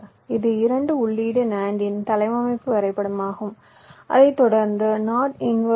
இது இரண்டு உள்ளீட்டு NAND இன் தளவமைப்பு வரைபடமாகும் அதைத் தொடர்ந்து NOT இன்வெர்ட்டர்